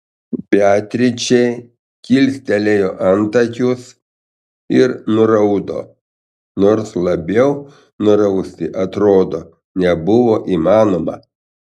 beatričė kilstelėjo antakius ir nuraudo nors labiau nurausti atrodo nebuvo įmanoma